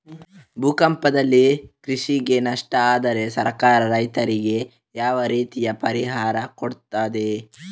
ಭೂಕಂಪದಿಂದ ಕೃಷಿಗೆ ನಷ್ಟ ಆದ್ರೆ ಸರ್ಕಾರ ರೈತರಿಗೆ ಯಾವ ರೀತಿಯಲ್ಲಿ ಪರಿಹಾರ ಕೊಡ್ತದೆ?